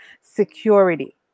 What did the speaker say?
security